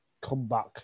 comeback